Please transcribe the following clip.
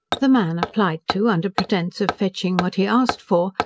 the man applied to, under pretence of fetching what he asked for,